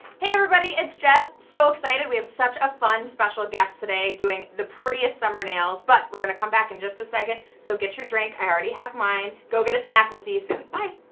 hey everybody, it's jess. so excited we have such a fun special guest today doing the prettiest summer nails but we're going to come back in just a second. so get your drink. i already have mine go get a snack we'll see you soon. bye